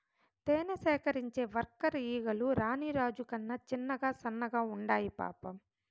తేనె సేకరించే వర్కర్ ఈగలు రాణి రాజు కన్నా చిన్నగా సన్నగా ఉండాయి పాపం